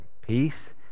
peace